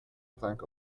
plank